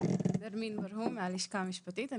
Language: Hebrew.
כי --- אני מהלשכה המשפטית.